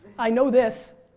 i know this.